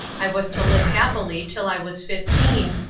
i was to live happily till i was fifteen,